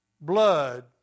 blood